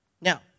Now